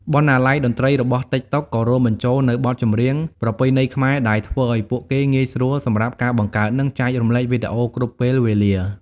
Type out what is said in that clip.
បណ្ណាល័យតន្ត្រីរបស់ តិកតុក ក៏រួមបញ្ចូលនូវបទចម្រៀងប្រពៃណីខ្មែរ ដែលធ្វើឲ្យពួកគេងាយស្រួលសម្រាប់ការបង្កើត និងចែករំលែកវីដេអូគ្រប់ពេលវេលា។